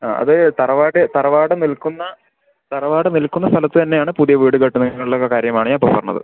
ആ അത് തറവാട് തറവാട് നിൽക്കുന്ന തറവാട് നിൽക്കുന്ന സ്ഥലത്ത് തന്നെ ആണ് പുതിയ വീട് കെട്ടണേന്ന് ഉള്ള കാര്യം ആണ് ഇപ്പോൾ പറഞ്ഞത്